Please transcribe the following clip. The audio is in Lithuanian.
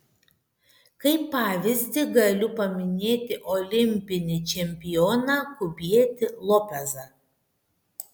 kaip pavyzdį galiu paminėti olimpinį čempioną kubietį lopezą